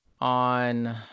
on